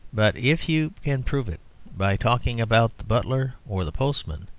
but if you can prove it by talking about the butler or the postman,